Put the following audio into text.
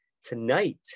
tonight